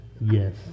yes